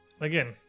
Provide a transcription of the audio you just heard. again